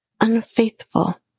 unfaithful